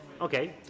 Okay